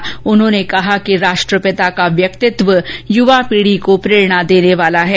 इस मौके पर उन्होंने कहा कि राष्ट्रपिता का व्यक्तित्व युवा पीढ़ी को प्रेरणा देने वाला है